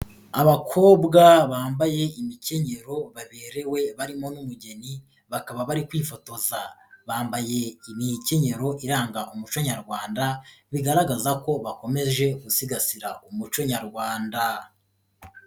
Abakobwa bambaye imikenyero baberewe barimo n'umugeni, bakaba bari kwifotoza. Bambaye imikenyero iranga umuco nyarwanda, bigaragaza ko bakomeje gusigasira umuco nyarwanda.